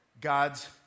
God's